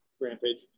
rampage